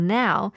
now